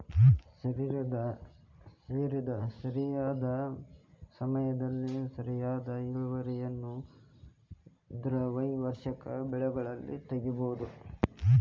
ಸರಿಯಾದ ಸಮಯದಲ್ಲಿ ಸರಿಯಾದ ಇಳುವರಿಯನ್ನು ದ್ವೈವಾರ್ಷಿಕ ಬೆಳೆಗಳಲ್ಲಿ ತಗಿಬಹುದು